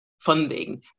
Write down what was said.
funding